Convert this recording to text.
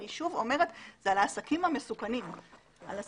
אני שוב אומרת שזה לעסקים המסוכנים ביותר.